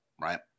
right